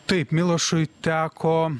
taip milošui teko